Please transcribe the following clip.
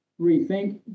rethink